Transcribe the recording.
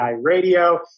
Radio